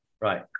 Right